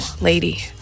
lady